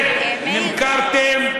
נמכרתם.